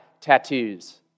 tattoos